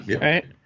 Right